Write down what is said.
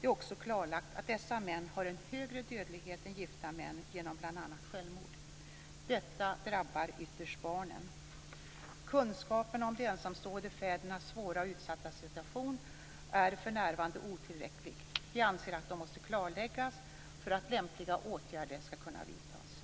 Det är också klarlagt att dessa män har en högre dödlighet än gifta män, bl.a. genom självmord. Detta drabbar ytterst barnen. Kunskaperna om de ensamstående fädernas svåra och utsatta situation är för närvarande otillräcklig. Vi anser att deras situation måste klarläggas för att lämpliga åtgärder skall kunna vidtas.